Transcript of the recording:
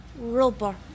rubber